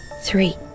three